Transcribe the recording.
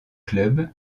club